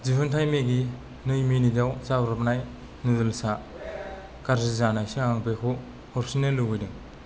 दिहुनथाइ मेगि नै मिनिटाव जाब्रबनाय नुदोल्सा गाज्रि जानायसो आं बेखौ हरफिन्नो लुबैदों